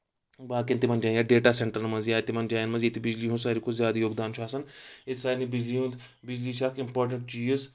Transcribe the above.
باقین تِمن جایَن یا ڈیٹا سینٹرن منٛز یا تِمن جایَن منٛز ییٚتہِ بِجلی ہُنٛد ساروی کھۄتہٕ زیادٕ یوگدان چھُ آسان ییٚتہِ سارنٕے بجلی ہُنٛد بجلی چھِ اکھ اِمپاٹنٹ چیٖز